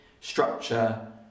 Structure